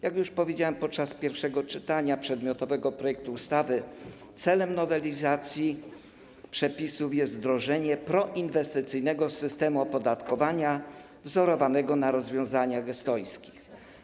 Jak już powiedziałem podczas pierwszego czytania przedmiotowego projektu ustawy, celem nowelizacji przepisów jest wdrożenie proinwestycyjnego systemu opodatkowania wzorowanego na rozwiązaniach estońskich.